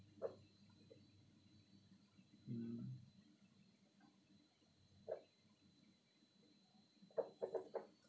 mm